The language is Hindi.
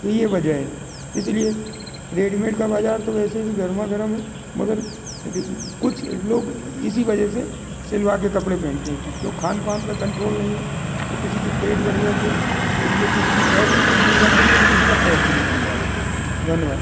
तो ये वजह है इसीलिए रेडीमेड का बजार तो वैसे भी गरमा गरम है मगर कुछ लोग इसी वजह से सिलवा के कपड़े पहनते है कि क्यों खानपान पे कंट्रोल नहीं हैं तो किसी की पेट बढ़ गया कुछ तो इसलिए किसी कि शर्ट नहीं बन रही है तो किसी का पेंट नहीं बन रहा है धन्यवाद